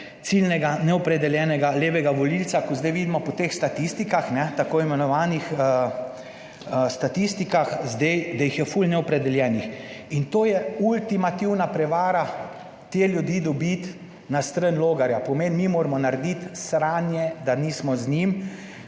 ciljnega neopredeljenega levega volivca, kot zdaj vidimo po teh statistikah, tako imenvanonih statistikah, zdaj, da jih je "ful" neopredeljenih in to je ultimativna prevara, te ljudi dobiti na stran Logarja. Pomeni, mi moramo narediti sranje, da nismo z njim,